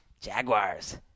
Jaguars